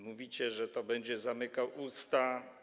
Mówicie, że on będzie zamykał usta.